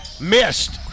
Missed